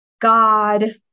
God